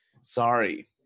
sorry